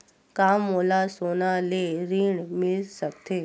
का मोला सोना ले ऋण मिल सकथे?